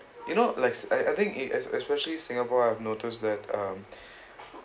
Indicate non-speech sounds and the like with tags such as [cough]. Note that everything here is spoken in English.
you know like I I think it's es~ especially singapore I have noticed that um [breath]